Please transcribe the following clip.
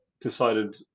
decided